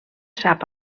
sap